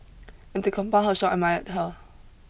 and to compound her shock admired her